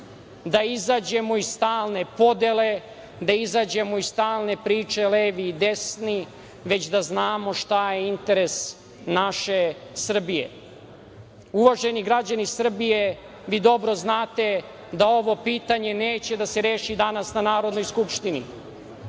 da izađemo iz stalne podele, da izađemo iz stalne priče levi i desni, već da znamo šta je interes naše Srbije. Uvaženi građani Srbije, vi dobro znate da ovo pitanje neće da se reši danas na Narodnoj skupštini,